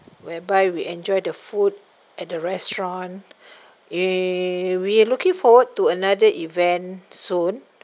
whereby we enjoy the food at the restaurant eh we are looking forward to another event soon